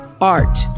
art